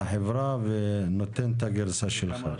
החברה ונותן את הגרסה שלך.